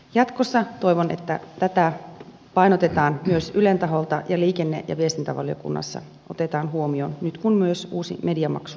jatkossa toivon että tätä painotetaan myös ylen taholta ja liikenne ja viestintävaliokunnassa otetaan huomioon nyt kun myös uusi mediamaksu on tulossa